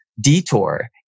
Detour